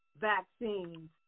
vaccines